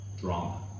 drama